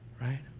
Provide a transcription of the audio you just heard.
right